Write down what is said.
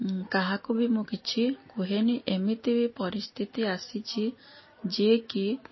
କାହାକୁ ବି ମୁଁ କିଛି କୁହେନି ଏମିତି ବି ପରିସ୍ଥିତି ଆସିଛି ଯିଏ କି